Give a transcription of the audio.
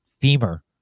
femur